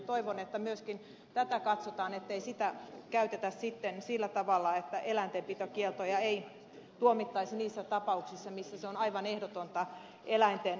toivon että myöskin tätä katsotaan ettei sitä käytetä sitten sillä tavalla että eläintenpitokieltoja ei tuomittaisi niissä tapauksissa missä se on aivan ehdotonta eläinten hyvinvoinnille